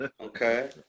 okay